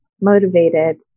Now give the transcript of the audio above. motivated